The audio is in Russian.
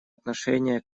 отношение